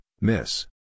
Miss